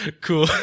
Cool